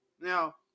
Now